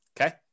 Okay